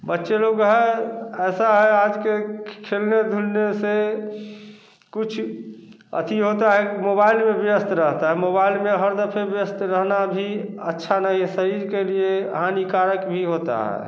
बच्चे लोग हैं ऐसा है आज के खे खेलने धुलने से कुछ अचीव होता है मोबाइल में व्यस्त रहता मोबाइल में हर दफ़े व्यस्त जाना भी अच्छा नहीं शरीर के लिए हानिकारक भी होता है